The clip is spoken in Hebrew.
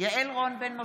יעל רון בן משה,